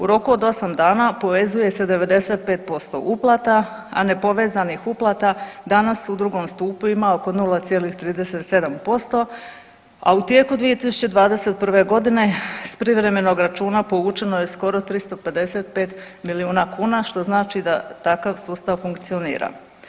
U roku od 8 dana povezuje se 95% uplata, a nepovezanih uplata danas u drugom stupu ima oko 0,37%, a u tijeku 2021.g. s privremenog računa povučeno je skoro 355 milijuna kuna, što znači da takav sustav funkcionira.